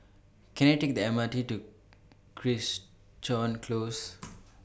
Can I Take The M R T to Crichton Close